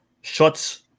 Shots